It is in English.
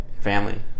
family